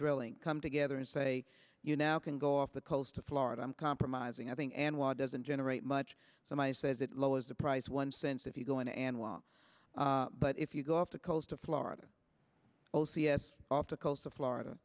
drilling come together and say you now can go off the coast of florida i'm compromising i think and why doesn't generate much so my says it lowers the price one cents if you go in and wall but if you go off the coast of florida o c s off the coast of florida